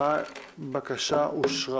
אין אושרה